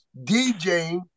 DJing